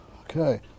Okay